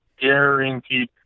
guaranteed